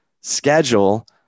schedule